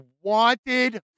wanted